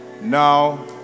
Now